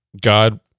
God